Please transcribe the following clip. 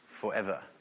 forever